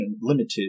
limited